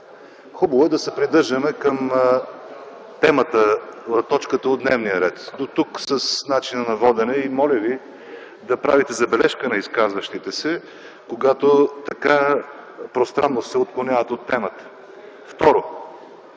Хубаво е да се придържаме към темата – точката от дневния ред. Дотук по начина на водене. Моля да правите забележка на изказващите се, когато пространно се отклоняват от темата.